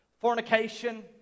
fornication